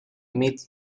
meet